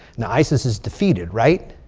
now isis is defeated, right?